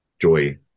joy